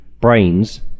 brains